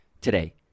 today